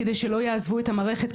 כדי שלא יעזבו את המערכת,